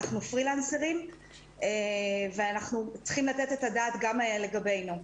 אנחנו פרילנסרים וצריכים לתת את הדעת גם לגבינו.